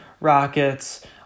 Rockets